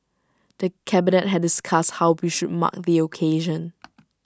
the cabinet had discussed how we should mark the occasion